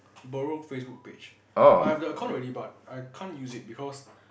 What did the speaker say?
borrow FaceBook page I have the account already but I can't use it because